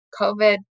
COVID